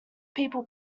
people